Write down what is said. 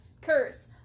Curse